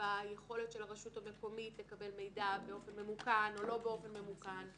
ביכולת של הרשות המקומית לקבל מידע באופן ממוכן או לא באופן ממוכן.